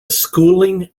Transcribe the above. schooling